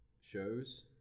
shows